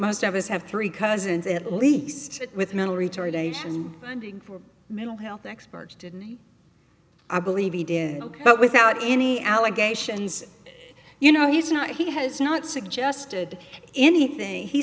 most of us have three cousins at least with mental retardation and for mental health experts didn't i believe he did ok but without any allegations you know he's not he has not suggested anything he